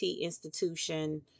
institution